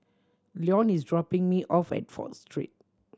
Leon is dropping me off at Fourth Street